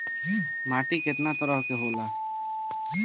माटी केतना तरह के होला?